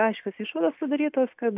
aiškios išvados sudarytos kad